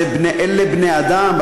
אלה בני-אדם,